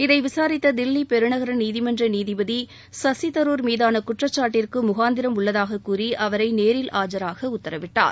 இதை விசாரித்த தில்லி பெருநகர நீதிமன்ற நீதிபதி சசிதரூர் மீதான குற்றச்சாட்டிற்கு முகாந்திரம் உள்ளதாக கூறி அவரை நேரில் ஆஜராக உத்தரவிட்டார்